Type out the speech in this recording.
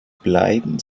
bleiben